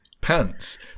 pants